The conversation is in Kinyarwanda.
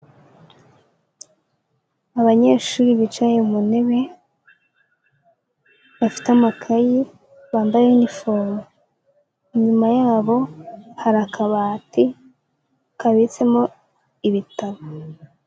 Abanyeshuri bicaye mu ntebe bafite amakayi, bambaye inifomo. Inyuma yabo hari akabati kabitsemo ibitabo.